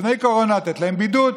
לתת להם בידוד,